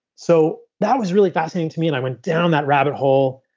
so that was really fascinating to me and i went down that rabbit hole.